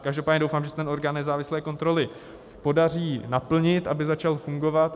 Každopádně doufám, že se orgán nezávislé kontroly podaří naplnit, aby začal fungovat.